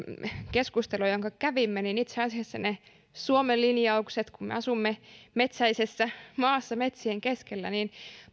keskustelua jonka kävimme itse asiassa niitä suomen linjauksia kun me asumme metsäisessä maassa metsien keskellä niin